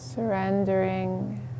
Surrendering